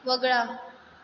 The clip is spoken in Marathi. वगळा